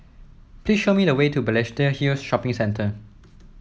please show me the way to Balestier Hill Shopping Centre